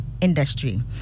industry